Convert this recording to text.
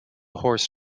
horse